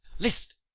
list,